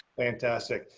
fantastic.